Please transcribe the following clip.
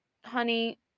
honey